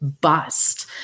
bust